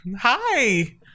Hi